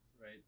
right